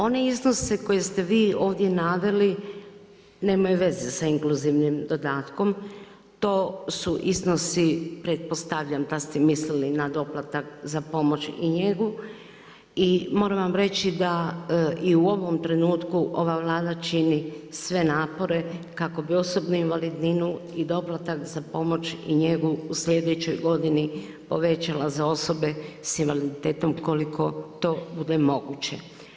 One iznose koje ste vi ovdje naveli nemaju veze sa inkluzivnim dodatkom, to su iznosi pretpostavljam da ste mislili na doplatak za pomoć i njegu i moram reći da, i u ovom trenutku ova Vlada čini sve napore kako bi osobnu invalidninu i doplatak za pomoć i njegu u slijedećoj godini povećala za osobe sa invaliditetom koliko to bude moguće.